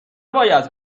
باید